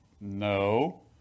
No